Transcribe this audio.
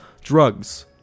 drugs